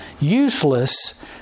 useless